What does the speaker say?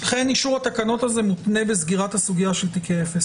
לכן אישור התקנות הזה מותנה בסגירת הסוגייה של תיקי אפס.